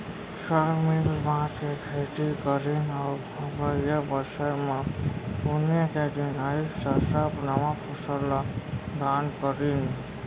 सब मिल बांट के खेती करीन अउ अवइया बछर म पुन्नी के दिन अइस त सब नवा फसल ल दान करिन